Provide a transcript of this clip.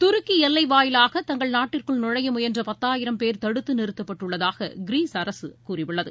துருக்கி எல்லை வாயிலாக தங்கள் நாட்டிற்குள் நுழைய முயன்ற பத்தாயிரம் போ தடுத்து நிறுத்தப்பட்டுள்ளதாக கிரீஸ் அரசு கூறியுள்ளது